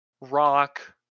rock